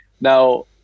Now